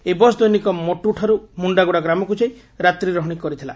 ଏହି ବସ ଦୈନିକ ମୋଟୁ ଠାରୁ ମୁଖାଗୁଡ଼ା ଗ୍ରାମକୁ ଯାଇ ରାତ୍ରି ରହଶୀ କରିଥିଲା